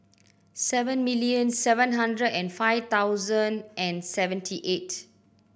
seven million seven hundred and five thousand and seventy eight